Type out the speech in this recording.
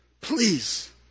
please